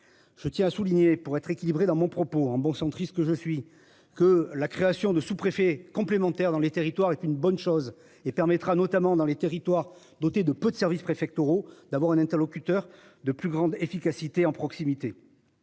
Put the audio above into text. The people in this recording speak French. Je tiens à souligner pour être équilibré dans mon propos en bon centriste que je suis, que la création de sous-préfet complémentaire dans les territoires est une bonne chose et permettra notamment dans les territoires doté de peu de services préfectoraux. D'abord un interlocuteur de plus grande efficacité en proximité.